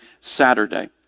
Saturday